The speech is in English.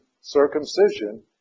circumcision